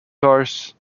cars